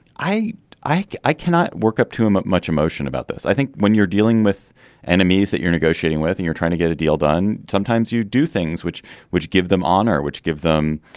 i i i cannot work up to him much emotion about this. i think when you're dealing with enemies that you're negotiating with and you're trying to get a deal done sometimes you do things which would give them honor which give them